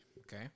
Okay